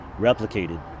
replicated